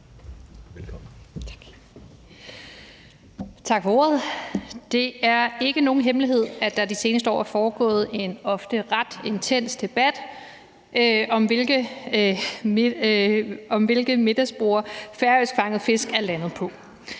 Det er ikke nogen hemmelighed, at der de seneste år har været en ofte ret intens debat om, hvilke middagsborde færøsk fanget fisk er landet på.